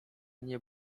nie